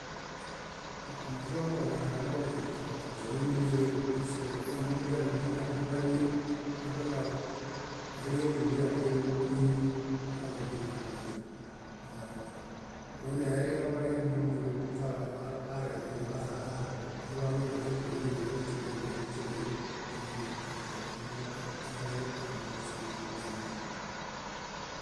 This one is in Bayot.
Amizoamooġo nareŋbariŋ kaźonen éñialeġom mudiale muḃamin afiami kalo bariŋe biḃibuñaḃurimo éñi kalo éñinehaŋu neźon. Waneeriŋa bariŋe búlu búlu kalo areŋ niloaźa ɦaɦaḃo, wameina areŋ tiri mĩri nireŋ tiri mĩri éñi nimureene nimuźonen éñi.